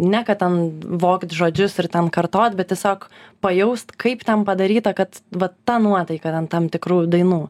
ne kad ten vogt žodžius ir ten kartot bet tiesiog pajaust kaip ten padaryta kad va ta nuotaika ten tam tikrų dainų